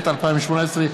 התשע"ח 2018,